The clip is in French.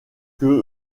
que